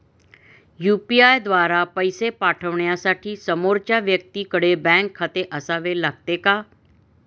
UPI द्वारा पैसे पाठवण्यासाठी समोरच्या व्यक्तीकडे बँक खाते असावे लागते का?